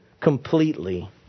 Completely